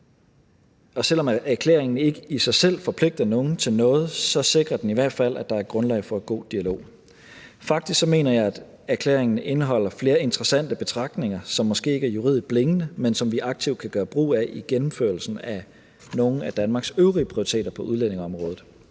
og selv om erklæringen ikke i sig selv forpligter nogen til noget, sikrer den i hvert fald, at der er grundlag for en god dialog. Faktisk mener jeg, at erklæringen indeholder flere interessante betragtninger, som måske ikke er juridisk bindende, men som vi aktivt kan gøre brug af i gennemførelsen af nogle af Danmarks øvrige prioriteter på udlændingeområdet.